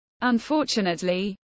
Unfortunately